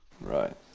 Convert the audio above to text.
Right